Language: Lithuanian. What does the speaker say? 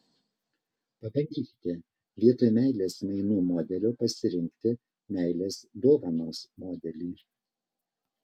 pabandykite vietoj meilės mainų modelio pasirinkti meilės dovanos modelį